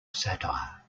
satire